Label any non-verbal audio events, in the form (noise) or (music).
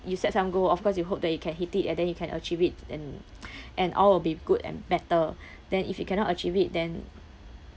you set some goal of course you hope that you can hit it and then you can achieve it and (breath) and all will be good and better (breath) then if you cannot achieve it then